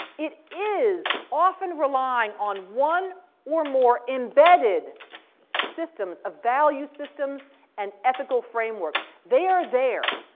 it is often relying on one or more embedded systems of value systems and ethical frameworks. they are there.